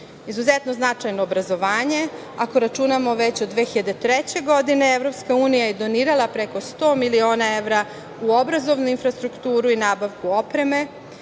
evra. Izuzetno značajno je obrazovanje. Ako računamo već od 2003. godine, EU je donirala preko 100 miliona evra u obrazovnu infrastrukturu i u nabavku opreme.